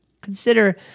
Consider